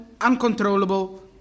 uncontrollable